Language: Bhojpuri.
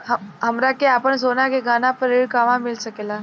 हमरा के आपन सोना के गहना पर ऋण कहवा मिल सकेला?